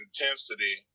intensity